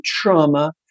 trauma